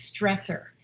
stressor